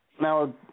Now